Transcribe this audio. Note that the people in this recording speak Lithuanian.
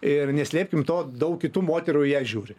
ir neslėpkime to daug kitų moterų į ją žiūri